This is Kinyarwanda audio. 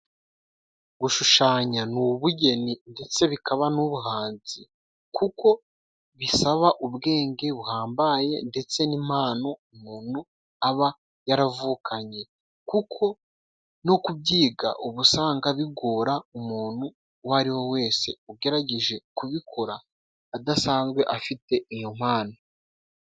Gushushanya ni ubugeni ndetse bikaba n'ubuhanzi kuko bisaba ubwenge buhambaye ndetse n'impano umuntu aba yaravukanye kuko no kubyiga ubu usanga bigora umuntu uwo ari we wese ugerageje kubikora adasanzwe afite iyo mpano.